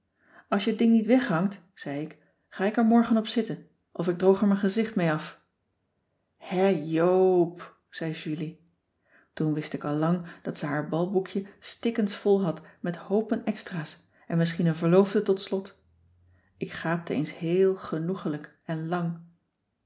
als je t ding niet weghangt zei ik ga ik er morgen cissy van marxveldt de h b s tijd van joop ter heul op zitten of ik droog er mijn gezicht mee af hè joop zei julie toen wist ik al lang dat ze haar balboekje stikkensvol had met hoopen extra's en misschien een verloofde tot slot ik gaapte eens heel genoeglijk en lang